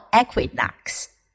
equinox